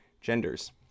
genders